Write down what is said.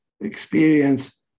experience